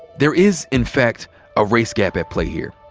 there is in fact a race gap at play here.